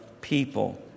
people